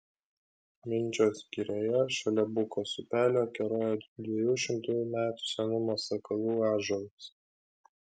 minčios girioje šalia bukos upelio keroja dviejų šimtų metų senumo sakalų ąžuolas